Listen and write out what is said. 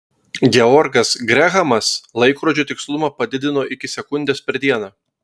georgas grehamas laikrodžių tikslumą padidino iki sekundės per dieną